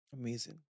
Amazing